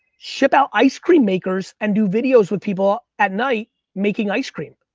ship out ice cream makers and do videos with people at night making ice cream.